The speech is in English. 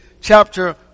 chapter